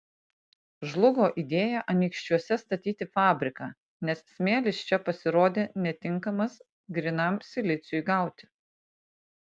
žlugo idėja anykščiuose statyti fabriką nes smėlis čia pasirodė netinkamas grynam siliciui gauti